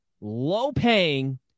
low-paying